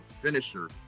finisher